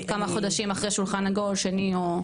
עוד כמה חודשים, אחרי שולחן עגול שני.